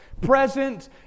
present